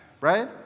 right